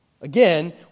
Again